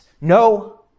No